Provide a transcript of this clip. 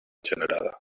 generada